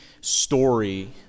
story